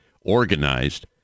organized